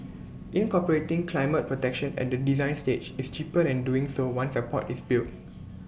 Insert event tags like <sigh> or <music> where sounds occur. <noise> incorporating climate protection at the design stage is cheaper than doing so once A port is built <noise>